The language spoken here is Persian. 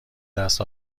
دست